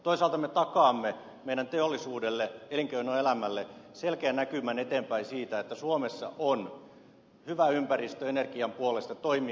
toisaalta me takaamme meidän teollisuudellemme elinkeinoelämällemme selkeän näkymän eteenpäin siitä että suomessa on hyvä ympäristö energian puolesta toimia